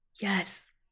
Yes